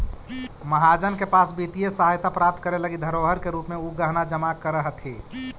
महाजन के पास वित्तीय सहायता प्राप्त करे लगी धरोहर के रूप में उ गहना जमा करऽ हथि